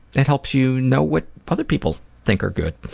it helps you know what other people think are good.